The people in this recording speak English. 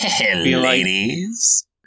ladies